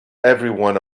everyone